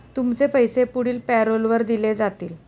तुमचे पैसे पुढील पॅरोलवर दिले जातील